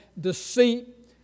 deceit